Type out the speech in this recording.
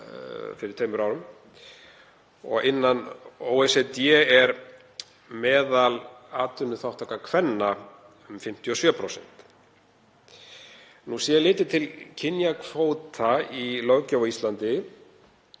fyrir tveimur árum. Innan OECD er meðalatvinnuþátttaka kvenna um 57%. Sé litið til kynjakvóta í löggjöf á Íslandi